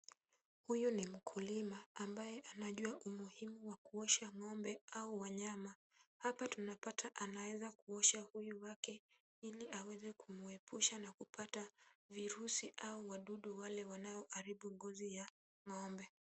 Huyu ni mkulima ambaye anajua umuhimu wa kuosha ng'ombe au wanyama . Hapa tunapata anaweza kuosha huyu wake ili aweze kumuepusha na kupata virusi au wadudu wale wanaoharibu ngozi ya ngombe.